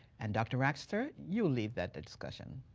and dr. baxter, you'll lead that discussion.